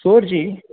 फ़ोर्जि